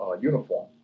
uniform